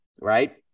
Right